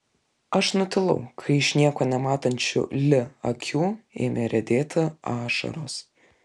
aš nutilau kai iš nieko nematančių li akių ėmė riedėti ašaros